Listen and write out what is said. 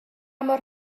mor